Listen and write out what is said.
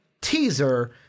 teaser